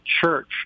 church